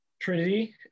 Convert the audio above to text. Trinity